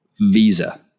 Visa